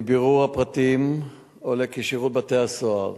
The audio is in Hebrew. מבירור הפרטים עולה כי שירות בתי-הסוהר